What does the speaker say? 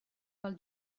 pel